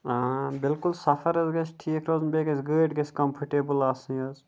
بِلکُل سفر حظ گژھِ ٹھیٖک روزُن بیٚیہِ گژھِ گٲڑۍ گژھِ کَمفٲٹیبٕل آسٕنۍ حظ